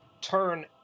turn